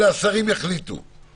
שהיא שחוק כזה עם הגבלה מלאה,